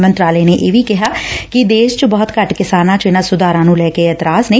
ਮੰਤਰਾਲੇ ਨੇ ਇਹ ਵੀ ਕਿਹਾ ਕਿ ਦੇਸ਼ ਚ ਬਹੁਤ ਘੱਟ ਕਿਸਾਨਾਂ ਚ ਇਨਾਂ ਸੁਧਾਰਾਂ ਨੰ ਲੈ ਕੇ ਇਤਰਾਜ਼ ਨੇ